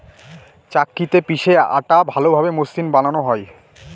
চাক্কিতে পিষে আটা ভালোভাবে মসৃন বানানো হয়